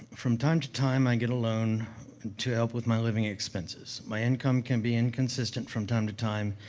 from time to time, i get a loan and to help with my living expenses. my income can be inconsistent from time to time,